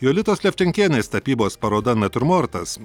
jolitos levčenkienės tapybos paroda natiurmortas